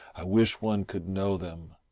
i wish one could know them,